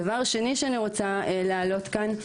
דבר נוסף שאני רוצה להעלות כאן,